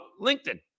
LinkedIn